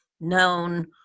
known